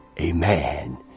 Amen